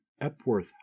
Epworth